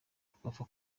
twapfa